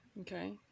Okay